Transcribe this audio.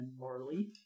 barley